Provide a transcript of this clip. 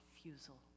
refusal